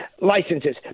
licenses